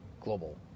global